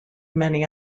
many